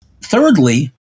Thirdly